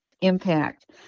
impact